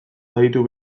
baditu